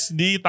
di